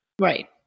Right